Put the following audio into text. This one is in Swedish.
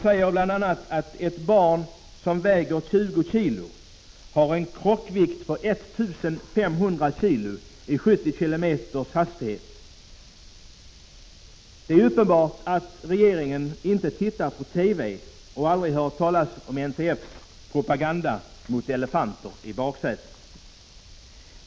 Man säger bl.a. att ett barn som väger 20 kg har en krockvikt på 1 500 kg vid 70 kilometers hastighet. Det är uppenbart att regeringen inte tittar på TV och aldrig har hört talas om NTF:s propaganda mot elefanter i baksätet.